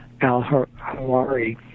al-Hawari